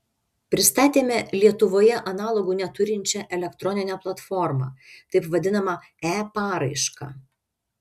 pristatėme lietuvoje analogų neturinčią elektroninę platformą taip vadinamą e paraišką